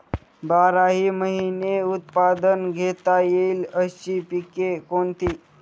बाराही महिने उत्पादन घेता येईल अशी पिके कोणती?